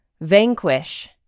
Vanquish